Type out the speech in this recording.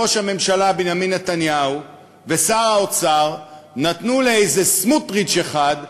ראש הממשלה בנימין נתניהו ושר האוצר נתנו לאיזה סמוטריץ אחד,